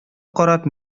карап